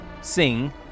Sing